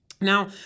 Now